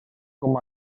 com